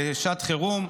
שעת חירום,